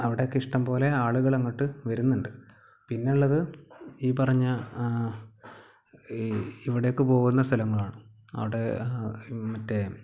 അവിടെയൊക്കെ ഇഷ്ടം പോലെ ആളുകള് അങ്ങോട്ട് വരുന്നുണ്ട് പിന്നെ ഉള്ളത് ഈ പറഞ്ഞ ഇ ഇവിടേക്ക് പോകുന്ന സ്ഥലങ്ങളാണ് അവിടെ മറ്റേ